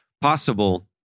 possible